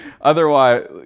otherwise